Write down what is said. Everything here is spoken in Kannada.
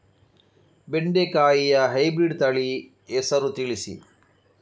ಬೆಂಡೆಕಾಯಿಯ ಹೈಬ್ರಿಡ್ ತಳಿ ಹೆಸರು ತಿಳಿಸಿ?